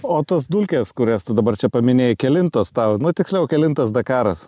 o tos dulkės kurias tu dabar čia paminėjai kelintas tau nu tiksliau kelintas dakaras